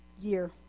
year